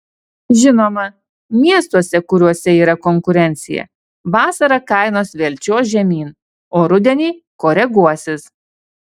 žinoma miestuose kuriuose yra konkurencija vasarą kainos vėl čiuoš žemyn o rudenį koreguosis